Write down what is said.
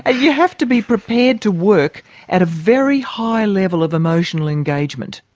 ah you have to be prepared to work at a very high level of emotional engagement.